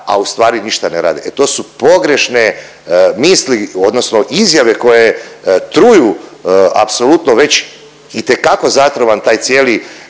a ustvari ništa ne rade. E to su pogrešne misli odnosno izjave koje truju apsolutno već itekako zatrovan taj cijeli,